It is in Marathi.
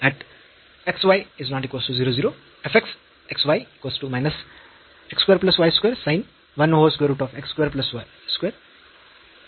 तर पॉईंट x y ला x च्या संदर्भात हे फंक्शनचे पार्शियल डेरिव्हेटिव्ह आहे जे 0 0 बरोबर नाही